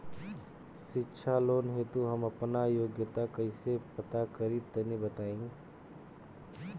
शिक्षा लोन हेतु हम आपन योग्यता कइसे पता करि तनि बताई?